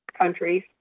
countries